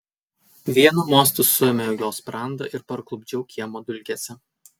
vienu mostu suėmiau jo sprandą ir parklupdžiau kiemo dulkėse